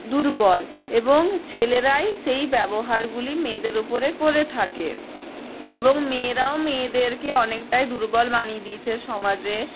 দুর্বল এবং ছেলেরাই সেই ব্যবহারগুলি মেয়েদের উপরে করে থাকে এবং মেয়েরাও মেয়েদেরকে অনেকটাই দুর্বল বানিয়ে দিয়েছে সমাজে